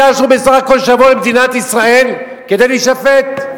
בסך הכול ביקשנו שיבוא למדינת ישראל כדי להישפט.